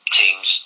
teams